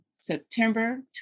September